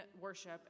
worship